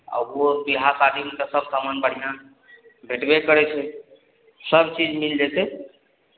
आ ओ विवाह शादीमे तऽ सभ सामान बढ़िआँ भेटबे करै छै सभ चीज मिल जेतै